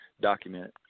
document